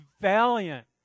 valiant